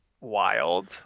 wild